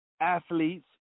athletes